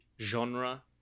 genre